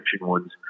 ones